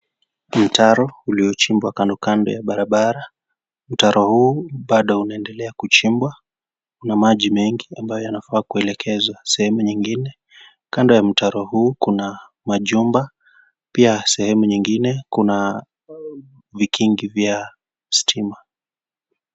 Mtaro uliochimbwa kando kando ya barabara, mtaro huu bado unaendelea kuchimbwa kuna maji mengi ambayo yanafaa kuelekezwa sehemu nyingine kando ya mtaro huu kuna majumba pia sehemu nyingine kuna vikingi vya stima